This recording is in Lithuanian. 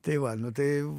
tai va nu tai